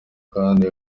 kandi